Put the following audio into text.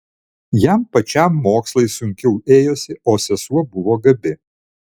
jam pačiam mokslai sunkiau ėjosi o sesuo buvo gabi